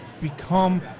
become